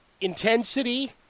intensity